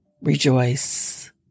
Rejoice